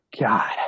god